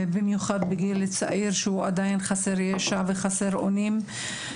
במיוחד בגיל צעיר שהוא עדיין חסר ישע וחסר אונים,